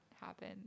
happen